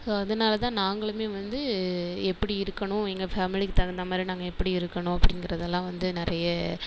so அதனாலதான் நாங்களுமே வந்து எப்படி இருக்கணும் எங்கள் ஃபேமிலிக்கு தகுந்தாமாதிரி நாங்கள் எப்படி இருக்கணும் அப்படிங்கிறதெல்லாம் வந்து நிறைய